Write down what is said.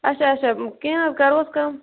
آچھا آچھا کیٚنٛہہ حظ کَرہوس کَم